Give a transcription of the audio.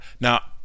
now